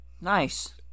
Nice